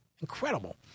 incredible